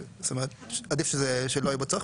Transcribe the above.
זאת אומרת עדיף שלא יהיה בו צורך.